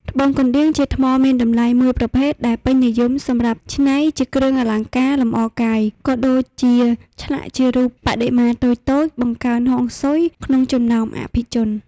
ត្បូងកណ្តៀង ជាថ្មមានតម្លៃមួយប្រភេទដែលពេញនិយមសម្រាប់ច្នៃជាគ្រឿងអលង្ការលម្អកាយ ក៏ដូចជាឆ្លាក់ជារូបបដិមាតូចៗបង្កើនហុងស៊ុយក្នុងចំណោមអភិជន។